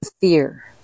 fear